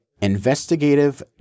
investigative